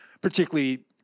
particularly